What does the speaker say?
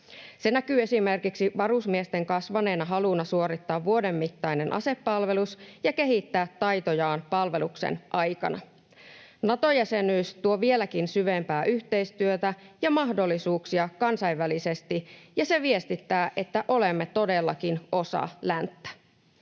Se näkyy esimerkiksi varusmiesten kasvaneena haluna suorittaa vuoden mittainen asepalvelus ja kehittää taitojaan palveluksen aikana. Nato-jäsenyys tuo vieläkin syvempää yhteistyötä ja mahdollisuuksia kansainvälisesti, ja se viestittää, että olemme todellakin osa länttä.